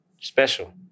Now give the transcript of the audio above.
Special